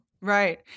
Right